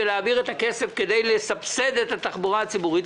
להעביר את הכסף כדי לסבסד את התחבורה הציבורית,